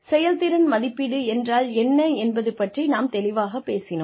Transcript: செயல்திறன் மதிப்பீடு என்றால் என்ன என்பது பற்றி நாம் தெளிவாகப் பேசினோம்